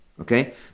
Okay